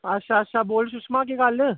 अच्छा अच्छा बोल सुशमा केह् गल्ल